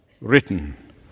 written